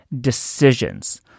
decisions